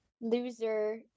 loser